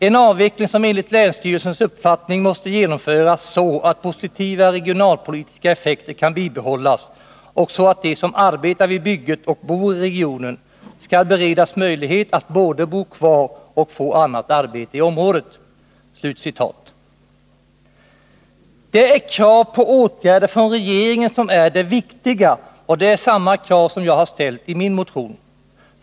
En avveckling som enligt länsstyrelsens uppfattning måste genomföras så att positiva regionalpolitiska effekter kan bibehållas och så att de som arbetar vid bygget och bor i regionen skall beredas möjlighet att både bo kvar och få annat arbete i området.” Det är krav på åtgärder från regeringen som är det viktiga, och det är samma krav som jag har ställt i min motion.